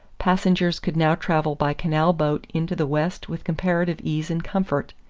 passengers could now travel by canal boat into the west with comparative ease and comfort,